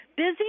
Busy